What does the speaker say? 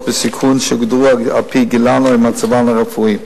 בסיכון שהוגדרו על-פי גילן או מצבן הרפואי.